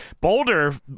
Boulder